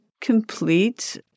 complete